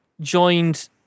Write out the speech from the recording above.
joined